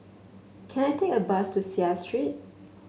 can I take a bus to Seah Street